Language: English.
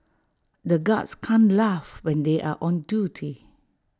the guards can't laugh when they are on duty